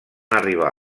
arribar